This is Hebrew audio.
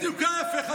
בדיוק ההפך.